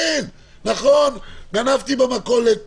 נכון, גנבתי במכולת